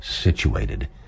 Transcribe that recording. situated